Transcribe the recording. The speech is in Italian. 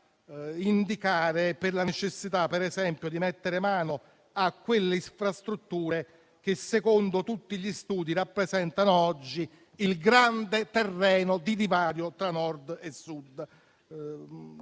riguarda la necessità di mettere mano alle infrastrutture che, secondo tutti gli studi, rappresentano oggi il grande terreno di divario tra Nord e Sud.